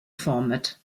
format